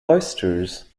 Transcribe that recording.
oysters